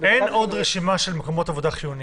אין עוד רשימה של מקומות עבודה חיוניים.